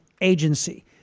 agency